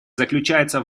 заключается